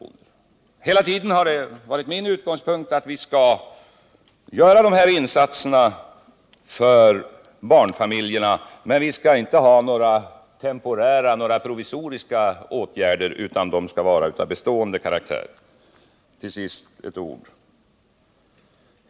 Det har hela tiden varit min utgångspunkt att vi skall göra de här insatserna för barnfamiljerna, men att vi inte skall göra det med några temporära åtgärder, utan de skall vara av bestående karaktär.